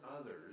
others